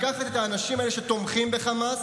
לקחת את האנשים האלה שתומכים בחמאס,